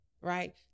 right